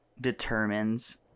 determines